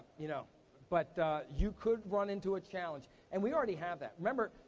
you know but you could run into a challenge, and we already have that. remember,